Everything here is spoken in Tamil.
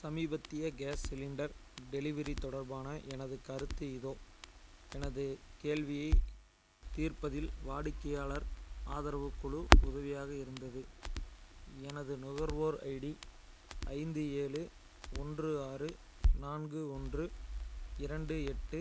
சமீபத்திய கேஸ் சிலிண்டர் டெலிவரி தொடர்பான எனது கருத்து இதோ எனது கேள்வியைத் தீர்ப்பதில் வாடிக்கையாளர் ஆதரவுக் குழு உதவியாக இருந்தது எனது நுகர்வோர் ஐடி ஐந்து ஏழு ஒன்று ஆறு நான்கு ஒன்று இரண்டு எட்டு